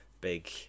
Big